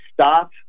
stop